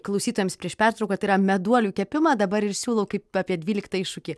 klausytojams prieš pertrauką tai yra meduolių kepimą dabar ir siūlau kaip apie dvyliktą iššūkį